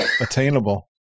attainable